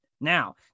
Now